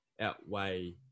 outweigh